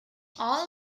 all